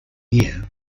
year